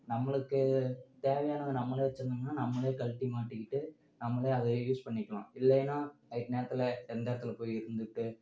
நம்மளுக்கு தேவையானதை நம்மளே வச்சுருந்தம்னா நம்மளே கழட்டி மாட்டிக்கிட்டு நம்மளே அதை யூஸ் பண்ணிக்கலாம் இல்லைனா நைட் நேரத்தில் எந்த இடத்துல போய் இருந்துகிட்டு